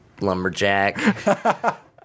lumberjack